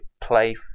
play